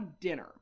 dinner